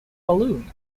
balloon